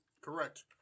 Correct